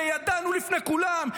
וידענו לפני כולם,